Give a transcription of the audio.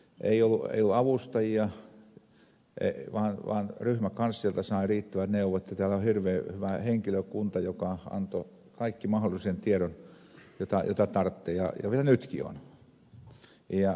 ei ollut avustajia vaan ryhmäkanslialta sain riittävät neuvot ja täällä oli hirveän hyvä henkilökunta joka antoi kaiken mahdollisen tiedon jota tarvitsi ja vielä nytkin on